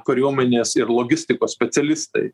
kariuomenės ir logistikos specialistai